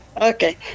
Okay